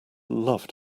love